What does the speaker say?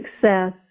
success